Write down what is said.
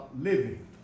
living